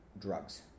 drugs